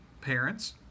parents